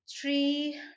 Three